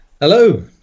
Hello